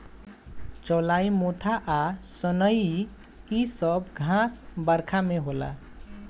चौलाई मोथा आ सनइ इ सब घास बरखा में होला